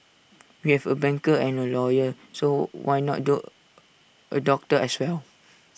we have A banker and A lawyer so why not dot A doctor as well